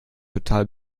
total